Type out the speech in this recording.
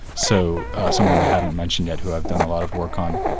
so someone we haven't mentioned yet who i've done a lot of work on,